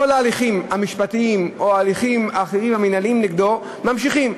כל ההליכים המשפטיים או ההליכים המינהליים האחרים נגדו ממשיכים.